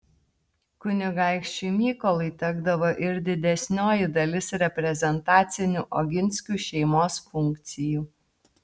kunigaikščiui mykolui tekdavo ir didesnioji dalis reprezentacinių oginskių šeimos funkcijų